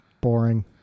boring